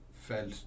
felt